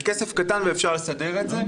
זה כסף קטן ואפשר לסדר את זה.